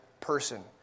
person